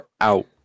out